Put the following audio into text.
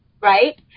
Right